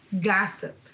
gossip